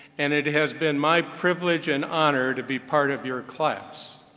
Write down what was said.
and it has been my privilege and honor to be part of your class.